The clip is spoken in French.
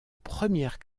première